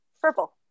Purple